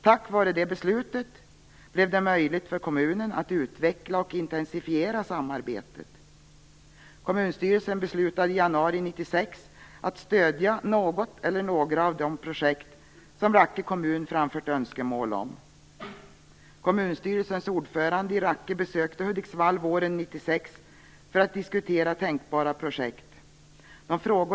Tack vare det beslutet blev det möjligt för kommunen att utveckla och intensifiera samarbetet. Kommunstyrelsen beslutade i januari 1996 att stödja något eller några av de projekt som Rakke kommun framfört önskemål om. Kommunstyrelsens ordförande i Rakke besökte Hudiksvall våren 1996 för att diskutera tänkbara projekt.